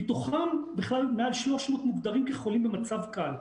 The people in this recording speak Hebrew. מתוכם מעל 300 מוגדרים במצב קל.